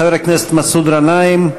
חבר הכנסת מסעוד גנאים.